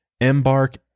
Embark